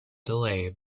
delay